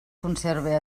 conserve